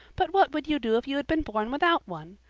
but what would you do if you had been born without one?